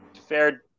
fared